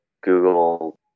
Google